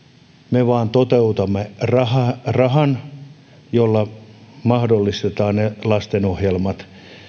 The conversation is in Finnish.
me vain toteutamme rahan jolla mahdollistetaan ne lastenohjelmat